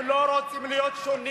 הם לא רוצים להיות שונים,